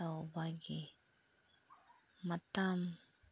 ꯇꯧꯕꯒꯤ ꯃꯇꯝ